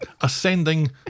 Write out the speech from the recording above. ascending